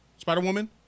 Spider-Woman